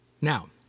Now